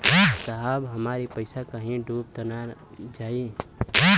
साहब हमार इ पइसवा कहि डूब त ना जाई न?